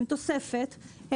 והם תוספת,